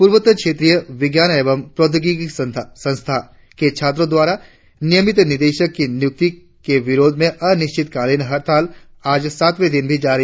पूर्वोत्तर क्षेत्रीय विज्ञान एवं प्रौद्योगिकी संस्थान के छात्रो द्वारा नियमित निदेशक की नियुक्ति के विरोध में अनिश्चितकालिण हड़ताल आज सातवें दिन भी जारी